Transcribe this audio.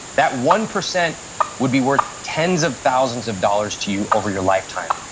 that one percent would be worth tens of thousands of dollars to you over your lifetime.